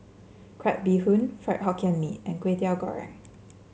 Crab Bee Hoon Fried Hokkien Mee and Kwetiau Goreng